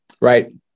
Right